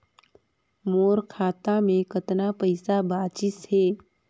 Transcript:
मोर खाता मे कतना पइसा बाचिस हे?